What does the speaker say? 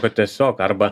kad tiesiog arba